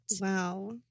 wow